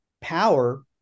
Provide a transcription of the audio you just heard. power